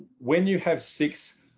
when you have six,